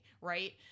right